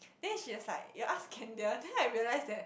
then she was like you ask then I realise that